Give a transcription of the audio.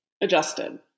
adjusted